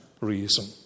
reason